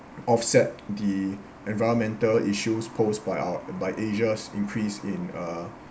offset the environmental issues posed by our by asia's increase in uh